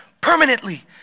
permanently